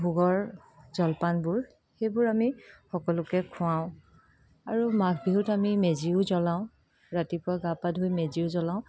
ভোগৰ জলপানবোৰ সেইবোৰ আমি সকলোকে খুৱাওঁ আৰু মাঘবিহুত আমি মেজিও জ্বলাওঁ ৰাতিপুৱা গা পা ধুই মেজিও জ্বলাওঁ